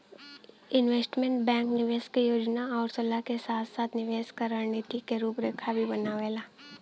investment bank निवेश क योजना आउर सलाह के साथ साथ निवेश क रणनीति क रूपरेखा भी बनावेला